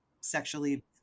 sexually